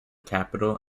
capital